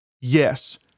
Yes